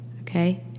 okay